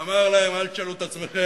הוא אמר להם: אל תשאלו את עצמכם